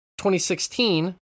2016